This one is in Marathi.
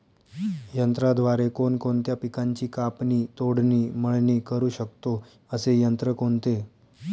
यंत्राद्वारे कोणकोणत्या पिकांची कापणी, तोडणी, मळणी करु शकतो, असे यंत्र कोणते?